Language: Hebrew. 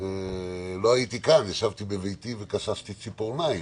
לא הייתי כאן, ישבתי בביתי וכססתי ציפורניים,